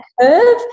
curve